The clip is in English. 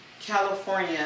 California